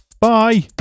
bye